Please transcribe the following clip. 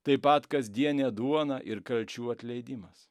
taip pat kasdienė duona ir kalčių atleidimas